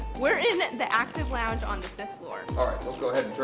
we are in the active lounge on the fifth floor. alright let's go ahead